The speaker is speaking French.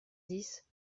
dix